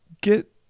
get